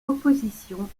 opposition